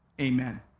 amen